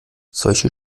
solche